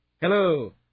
Hello